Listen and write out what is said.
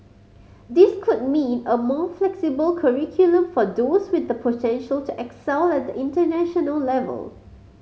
this could mean a more flexible curriculum for those with the potential to excel at the international level